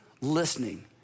listening